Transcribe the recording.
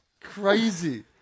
crazy